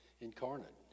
incarnate